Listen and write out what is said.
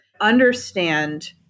understand